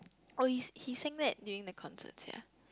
oh he s~ he sang that during the concert sia